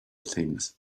things